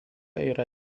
yra